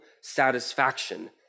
satisfaction